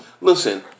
Listen